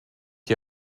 die